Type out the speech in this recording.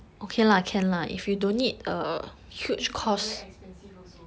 it's not very expensive also